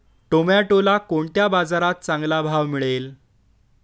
टोमॅटोला कोणत्या बाजारात चांगला भाव मिळेल?